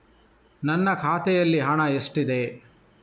ನನ್ನ ಖಾತೆಯಲ್ಲಿ ಹಣ ಎಷ್ಟಿದೆ?